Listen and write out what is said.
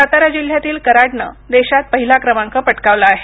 साताराजिल्ह्यातील कराडनं देशात पहिला क्रमांक पटकावला आहे